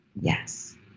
yes